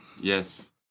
Yes